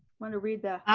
want to read the.